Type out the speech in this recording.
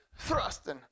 Thrusting